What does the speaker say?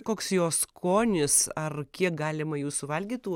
koks jo skonis ar kiek galima jų suvalgyt tų